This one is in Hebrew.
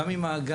גם עם האגף,